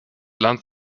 land